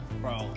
bro